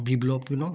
বিপ্লবগুলো